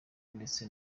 ndetse